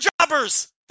jobbers